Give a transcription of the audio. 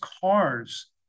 cars